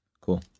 Cool